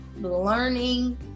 learning